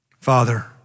Father